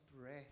breath